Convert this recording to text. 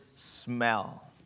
smell